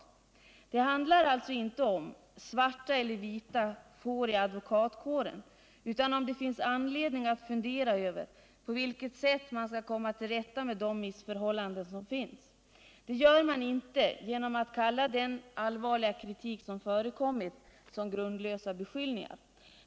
Debatten handlar alltså inte om svarta eller vita får i advokatkåren utan om huruvida det finns anledning att fundera över på vilket sätt man skall komma till rätta med de missförhållanden som finns. Det gör man inte genom att kalla den allvarliga kritik som förekommit för grundlösa beskyllningar.